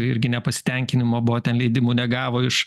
irgi nepasitenkinimo buvo ten leidimų negavo iš